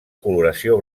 coloració